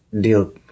deal